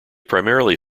primarily